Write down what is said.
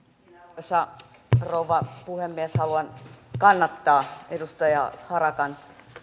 arvoisa rouva puhemies haluan kannattaa edustaja harakan